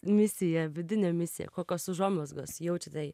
misija vidinė misija kokios užuomazgos jaučiate